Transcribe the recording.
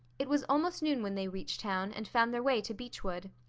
it was almost noon when they reached town and found their way to beechwood.